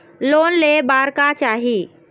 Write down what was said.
Loan ले बार का चाही?